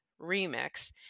Remix